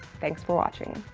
thanks for watching!